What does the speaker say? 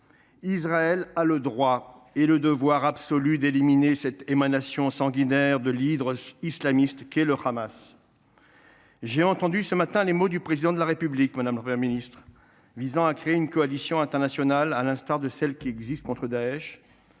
Israël a le droit et le devoir absolu d’éliminer cette émanation sanguinaire de l’hydre islamiste qu’est le Hamas. J’ai entendu, ce matin, les mots du Président de la République, visant à créer une coalition internationale, à l’instar de celle qui existe contre Daech.